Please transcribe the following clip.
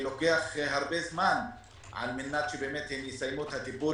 לוקח הרבה זמן על מנת שהם יסיימו את הטיפול